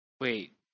wait